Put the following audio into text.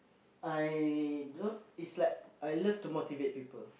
I don't dislike I love to motivate people